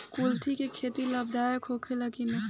कुलथी के खेती लाभदायक होला कि न?